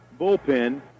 bullpen